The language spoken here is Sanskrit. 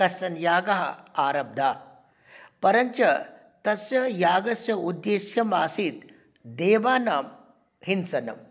कश्चन यागः आरब्धः परञ्च तस्य यागस्य उद्देश्यम् आसीत् देवानां हिंसनम्